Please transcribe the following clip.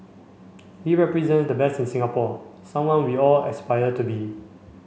he represent the best in Singapore someone we all aspire to be